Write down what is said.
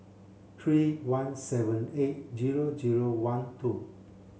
three one seven eight zero zero one two